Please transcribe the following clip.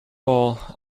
all